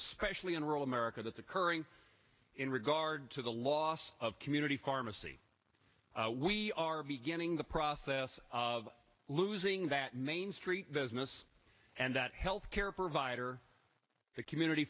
especially in rural america that's occurring in regard to the loss of community pharmacy we are beginning the process of losing that main street business and that health care provider the community